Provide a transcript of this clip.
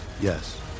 Yes